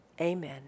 Amen